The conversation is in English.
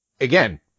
again